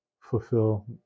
fulfill